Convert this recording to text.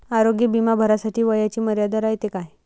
आरोग्य बिमा भरासाठी वयाची मर्यादा रायते काय?